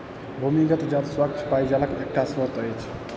भूमिगत जल स्वच्छ पेयजलक एकटा स्त्रोत अछि